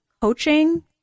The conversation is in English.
coaching